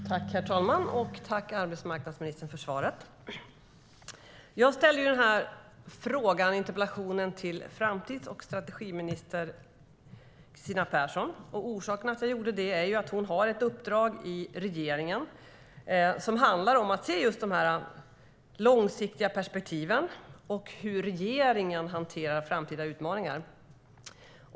STYLEREF Kantrubrik \* MERGEFORMAT Svar på interpellationerJag ställde denna interpellation till framtids och strategiminister Kristina Persson. Orsaken till att jag gjorde det är att hon har ett uppdrag i regeringen som handlar om att se de långsiktiga perspektiven och hur regeringen ska hantera framtida utmaningar.